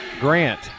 grant